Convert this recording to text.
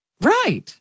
Right